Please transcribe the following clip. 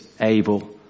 able